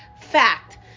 Fact